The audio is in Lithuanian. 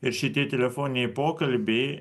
ir šitie telefoniniai pokalbiai